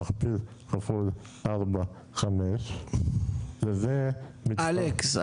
תכפיל כפול 4-5. אלכס,